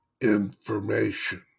information